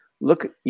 look